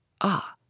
Ah